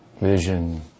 vision